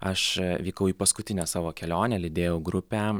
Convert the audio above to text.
aš vykau į paskutinę savo kelionę lydėjau grupę